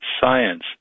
science